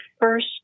first